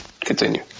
Continue